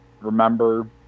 remember